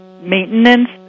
maintenance